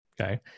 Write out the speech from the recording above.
Okay